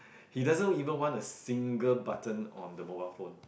he doesn't even want a single button on the mobile phone